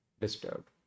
disturbed